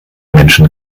menschen